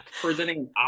presenting